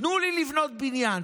תנו לי לבנות בניין.